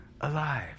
alive